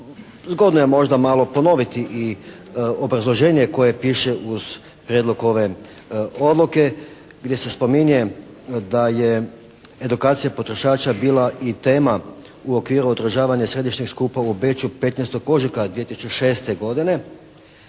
Zgodno je možda malo ponoviti i obrazloženje koje piše uz prijedlog ove odluke gdje se spominje da je edukacija potrošača bila i tema u okviru održavanja središnjeg skupa u Beču 15. ožujka 2006. godine